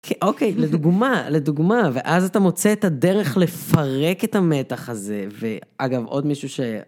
אוקיי, לדוגמה, לדוגמה, ואז אתה מוצא את הדרך לפרק את המתח הזה, ואגב, עוד מישהו ש...